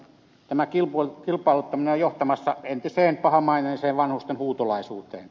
tämä kilpailuttaminen on johtamassa entiseen pahamaineiseen vanhusten huutolaisuuteen